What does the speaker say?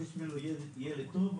מבקש ממנו לא להיות ילד טוב,